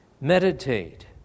Meditate